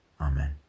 Amen